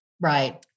Right